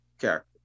character